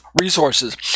resources